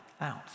out